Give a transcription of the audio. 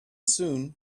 soon